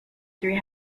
three